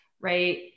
right